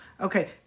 okay